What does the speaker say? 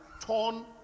torn